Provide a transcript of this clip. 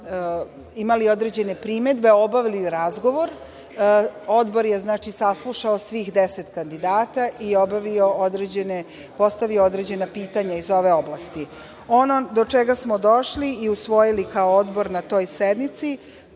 imali određene primedbe, obavili razgovor. Odbor je saslušao svih 10 kandidata i postavio određena pitanja iz ove oblasti. Ono do čega smo došli i usvojili kao odbor na toj sednici,